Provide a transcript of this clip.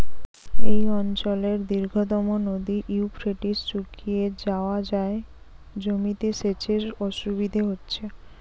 এই অঞ্চলের দীর্ঘতম নদী ইউফ্রেটিস শুকিয়ে যাওয়ায় জমিতে সেচের অসুবিধে হচ্ছে